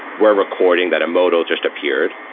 we're recording that a modal just appeared,